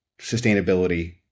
sustainability